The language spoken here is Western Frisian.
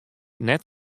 net